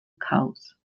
cows